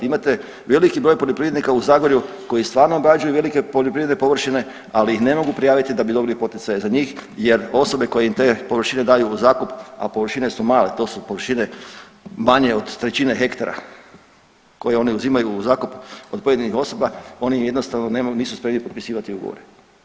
Imate veliki broj poljoprivrednika u Zagorju koji stvarno obrađuju velike poljoprivredne površine ali ih ne mogu prijaviti da bi dobili poticaje za njih, jer osobe koje im te površine daju u zakup a površine su male, a to su površine manje od trećine hektara koje one uzimaju u zakup od pojedinih osoba, oni jednostavno nisu spremni potpisivati ugovore.